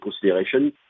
consideration